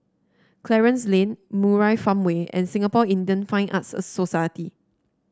Clarence Lane Murai Farmway and Singapore Indian Fine Arts Society